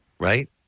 right